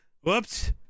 Whoops